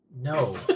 No